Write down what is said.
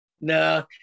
No